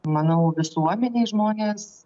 manau visuomenėj žmonės